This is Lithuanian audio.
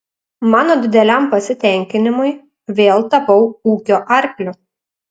mano dideliam pasitenkinimui vėl tapau ūkio arkliu